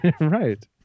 Right